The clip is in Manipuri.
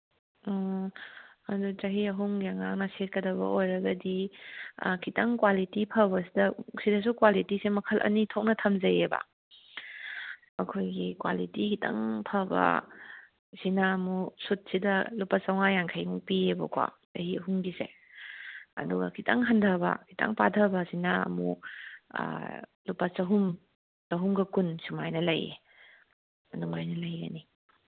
ꯑꯣ ꯑꯗꯨ ꯆꯍꯤ ꯑꯍꯨꯝꯒꯤ ꯑꯉꯥꯡꯅ ꯁꯦꯠꯀꯗꯕ ꯑꯣꯏꯔꯒꯗꯤ ꯈꯤꯇꯪ ꯀ꯭ꯋꯥꯂꯤꯇꯤ ꯐꯕꯁꯤꯗ ꯁꯤꯗꯁꯨ ꯀ꯭ꯋꯥꯂꯤꯇꯤꯁꯦ ꯃꯈꯜ ꯑꯅꯤ ꯊꯣꯛꯅ ꯊꯝꯖꯩꯌꯦꯕ ꯑꯩꯈꯣꯏꯒꯤ ꯀ꯭ꯋꯥꯂꯤꯇꯤ ꯈꯤꯇꯪ ꯐꯕ ꯁꯤꯅ ꯑꯃꯨꯛ ꯁꯨꯠꯁꯤꯗ ꯂꯨꯄꯥ ꯆꯝꯉꯥ ꯌꯥꯡꯈꯩꯃꯨꯛ ꯄꯤꯌꯦꯕꯀꯣ ꯆꯍꯤ ꯑꯍꯨꯝꯒꯤꯁꯦ ꯑꯗꯨꯒ ꯈꯤꯇꯪ ꯍꯟꯗꯕ ꯈꯤꯇꯪ ꯄꯥꯗꯕꯁꯤꯅ ꯑꯃꯨꯛ ꯂꯨꯄꯥ ꯆꯍꯨꯝ ꯆꯍꯨꯝꯒ ꯀꯨꯟ ꯁꯨꯃꯥꯏꯅ ꯂꯩꯌꯦ ꯑꯗꯨꯃꯥꯏꯅ ꯂꯩꯒꯅꯤ